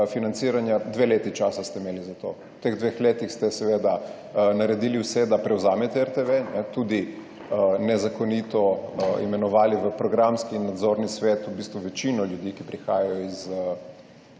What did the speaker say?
financiranja, dve leti časa ste imeli za to. V teh dveh letih ste seveda naredili vse, da prevzamete RTV, tudi nezakonito imenovali v programski in nadzorni svet v bistvu večino ljudi, ki prihajajo iz